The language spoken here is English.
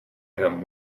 him